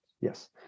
yes